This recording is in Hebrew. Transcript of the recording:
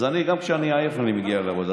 אז אני, גם כשאני עייף, אני מגיע לעבודה.